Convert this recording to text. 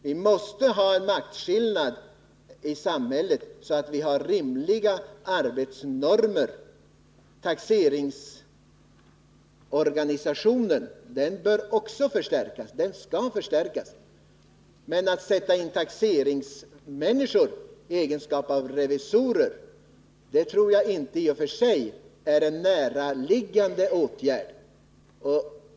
Vi måste här ha en funktionsskillnad som ger rimliga arbetsnormer. Också taxeringsorganisationen bör och skall förstärkas, men att låta taxeringsfolk fungera som revisorer tror jag inte vore en bra åtgärd.